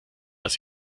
als